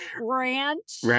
Ranch